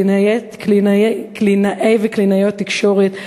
קלינאי וקלינאיות תקשורת,